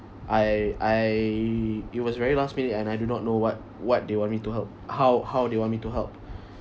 I I it was very last minute and I do not know what what they want me to help how how they want me to help